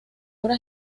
obra